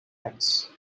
legs